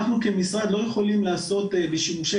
אנחנו כמשרד לא יכולים לעשות בשימושי